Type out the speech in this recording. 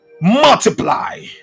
multiply